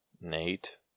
Nate